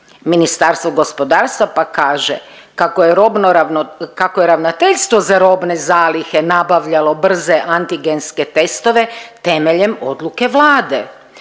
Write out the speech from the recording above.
Ministarstvo gospodarstva pak' kaže kako je robno, kako je Ravnateljstvo za robne zalihe nabavljalo brze antigenske testove temeljem odluke Vlade